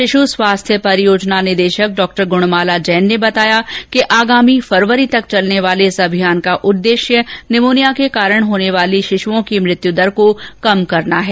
शिशु स्वास्थ्य परियोजना निदेशक डॉ गुणमाला जैन ने वताया कि आगामी फरवरी तक चलने वाले इस अभियान का उद्देश्य निमोनिया के कारण होने वाली शिश्नओं की मृत्यु दर को कम करना है